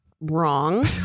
wrong